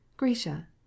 Grisha